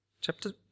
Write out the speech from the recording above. Chapter